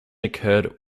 occurred